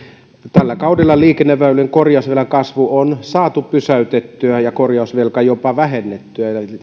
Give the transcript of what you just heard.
tällä kaudella liikenneväylien korjausvelan kasvu on saatu pysäytettyä ja korjausvelkaa jopa vähennettyä